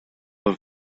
were